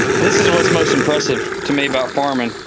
this is where it's most impressive to me about farming.